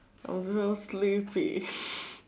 I am so sleepy